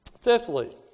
Fifthly